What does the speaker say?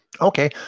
Okay